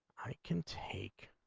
can take